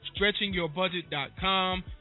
StretchingYourBudget.com